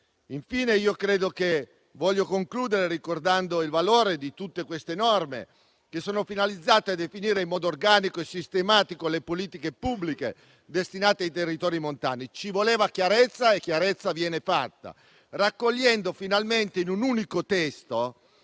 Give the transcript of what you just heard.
Infine, voglio concludere ricordando il valore di tutte queste norme, finalizzate a definire in modo organico e sistematico le politiche pubbliche destinate ai territori montani. Ci voleva chiarezza e chiarezza viene fatta, raccogliendo finalmente in un unico testo